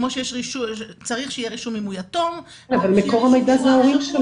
כמו שצריך שיהיה רישום אם הוא יתום --- אבל מקור המידע זה ההורים.